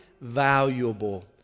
valuable